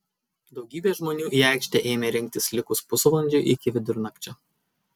daugybė žmonių į aikštę ėmė rinktis likus pusvalandžiui iki vidurnakčio